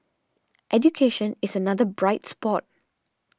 education is another bright spot